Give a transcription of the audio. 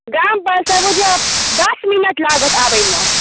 गामपर सँ बुझियौ दस मिनट लागत आबैमे